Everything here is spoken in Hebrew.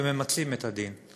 וממצים את הדין.